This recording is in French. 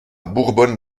bourbonne